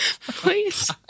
please